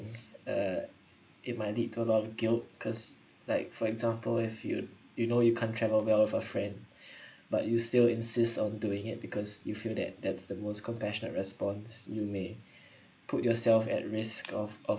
uh it might lead to long guilt because like for example if you you know you can't travel well with a friend but you still insist on doing it because you feel that that's the most compassionate response you may put yourself at risk of of